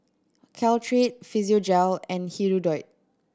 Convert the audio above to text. Caltrate Physiogel and Hirudoid